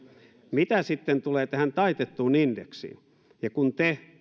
mitä sitten tulee tähän taitettuun indeksiin niin kun te